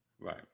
Right